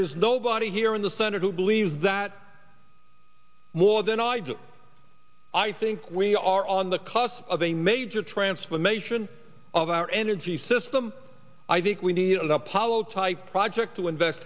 is nobody here in the senate who believes that more than i do i think we are on the cusp of a major transformation of our energy system i think we need an apollo type project to invest